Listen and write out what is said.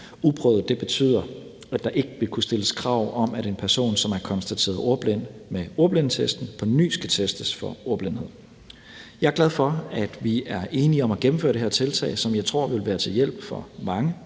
Uprøvet betyder, at der ikke vil kunne stilles krav om, at en person, som er konstateret ordblind med ordblindetesten, på ny skal testes for ordblindhed. Jeg er glad for, at vi er enige om at gennemføre det her tiltag, som jeg tror vil være til hjælp for mange